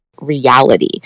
Reality